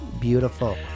beautiful